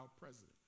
president